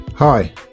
Hi